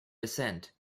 descent